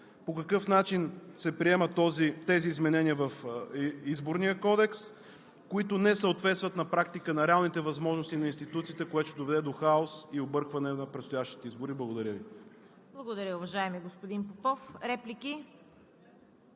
по какъв начин се приемат тези изменения в Изборния кодекс, които не съответстват на практика на реалните възможности на институциите, което ще доведе до хаос и объркване на предстоящите избори. Благодаря Ви. ПРЕДСЕДАТЕЛ ЦВЕТА КАРАЯНЧЕВА: Благодаря, уважаеми господин Попов. Реплики?